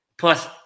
Plus